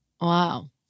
Wow